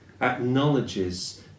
acknowledges